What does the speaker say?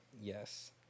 Yes